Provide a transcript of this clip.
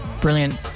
Brilliant